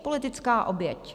Politická oběť.